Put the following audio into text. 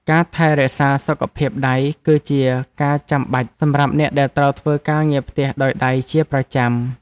ការថែរក្សាសុខភាពដៃ គឺជាការចាំបាច់សម្រាប់អ្នកដែលត្រូវធ្វើការងារផ្ទះដោយដៃជាប្រចាំ។